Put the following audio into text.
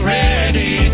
ready